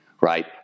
right